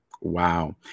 Wow